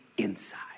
Inside